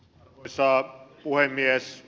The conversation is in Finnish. arvoisa puhemies